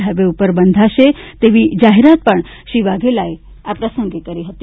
highway ઉપર બંધાશે તેવી જાહેરાત પણ શ્રી વાઘેલાએ આ પ્રસંગે કરી હતી